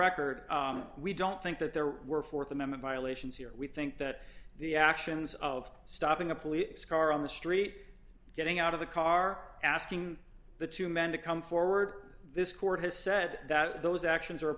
record we don't think that there were th amendment violations here we think that the actions of stopping a police car on the street getting out of the car asking the two men to come forward this court has said that those actions are